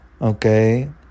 okay